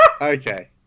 Okay